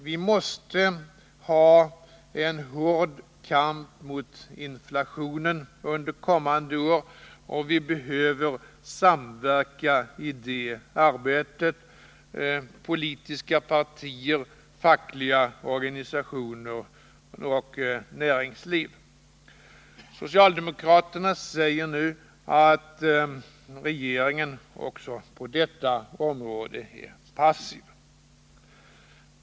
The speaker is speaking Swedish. Vi måste föra en hård kamp mot inflationen under kommande år, och vi behöver samverka i det arbetet, i politiska partier, i fackliga organisationer och inom näringslivet. Socialdemokraterna säger nu att regeringen också på detta område är passiv.